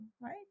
right